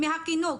מהחינוך,